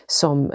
som